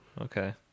okay